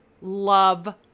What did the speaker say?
love